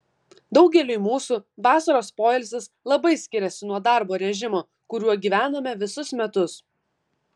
daugeliui mūsų vasaros poilsis labai skiriasi nuo darbo režimo kuriuo gyvename visus metus